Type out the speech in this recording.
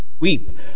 weep